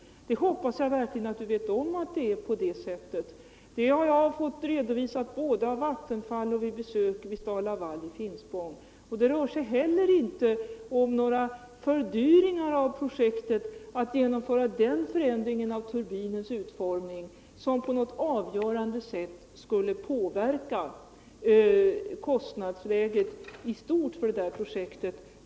Jag hoppas verkligen att du vet om att det är på det sättet. Det har jag fått redovisat både av Vattenfall och vid besök hos STAL-LAVAL i Finspång. Det blir vid en sådan förändring av turbinens utformning heller inte några fördyringar som på något avgörande sätt skulle påverka kostnadsläget i stort för detta projekt.